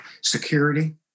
security